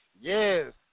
yes